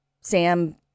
Sam